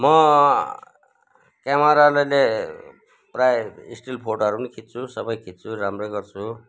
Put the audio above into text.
म क्यामेराले प्राय स्टिल फोटोहरू पनि खिच्छु सबै खिच्छु राम्रै गर्छु